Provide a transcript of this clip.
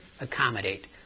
accommodate